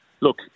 look